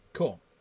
Cool